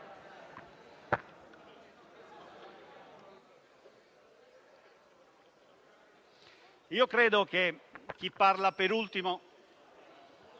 Grazie,